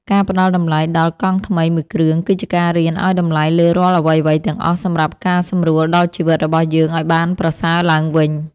ការផ្ដល់តម្លៃដល់កង់ថ្មីមួយគ្រឿងគឺជាការរៀនឱ្យតម្លៃលើរាល់អ្វីៗទាំងអស់សម្រាប់ការសម្រួលដល់ជីវិតរបស់យើងឱ្យបានប្រសើរឡើងវិញ។